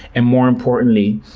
and more importantly,